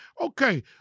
Okay